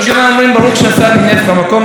לא שברו אותי אז ולא ישברו אותי.